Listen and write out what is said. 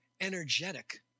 energetic